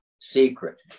secret